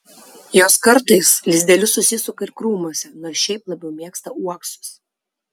jos kartais lizdelius susisuka ir krūmuose nors šiaip labiau mėgsta uoksus